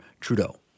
Trudeau